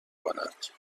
کند